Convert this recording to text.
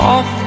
Off